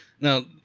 Now